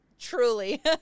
Truly